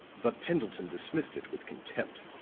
but pendleton dismissed it with contempt.